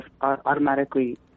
automatically